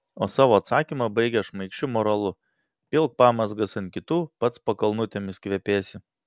o savo atsakymą baigia šmaikščiu moralu pilk pamazgas ant kitų pats pakalnutėmis kvepėsi